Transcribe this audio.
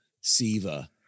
Siva